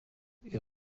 est